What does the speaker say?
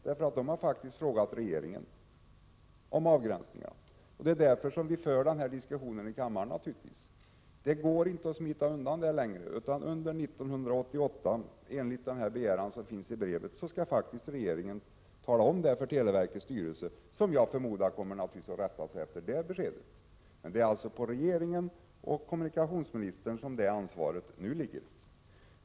Man har faktiskt frågat regeringen om avgränsningarna, och det är naturligtvis därför vi för denna diskussion i kammaren. Det går inte att smita undan längre, utan enligt den begäran som finns i brevet skall faktiskt regeringen under 1988 ge besked till televerkets styrelse, som naturligtvis kommer att rätta sig efter det beskedet. Det är alltså på regeringen och kommunikationsministern som ansvaret nu ligger.